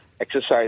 exercise